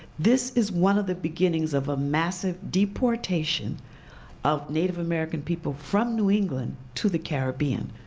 this is one of the beginnings of a massive deportation of native american people from new england to the caribbean.